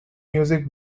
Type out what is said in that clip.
music